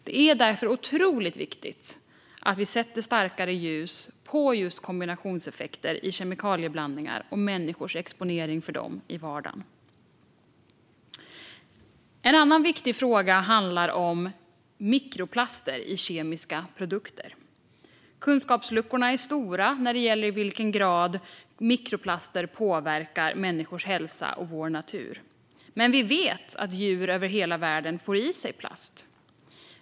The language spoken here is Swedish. Det är därför otroligt viktigt att vi sätter starkare ljus på just kombinationseffekter i kemikalieblandningar och människors exponering för dem i vardagen. Den andra viktiga frågan handlar om mikroplaster i kemiska produkter. Kunskapsluckorna är stora när det gäller i vilken grad mikroplaster påverkar människors hälsa och vår natur. Men vi vet att djur över hela världen får i sig plast.